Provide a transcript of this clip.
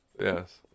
Yes